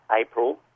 April